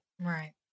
right